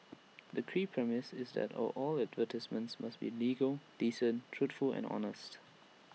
the key premise is that all all advertisements must be legal decent truthful and honest